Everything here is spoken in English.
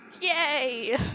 Yay